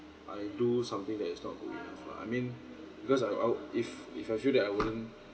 I do something that is not good enough lah I mean because I'll I'll if if I feel that I wouldn't